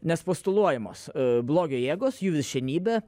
nes postuluojamos blogio jėgos jų viršenybė